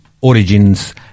origins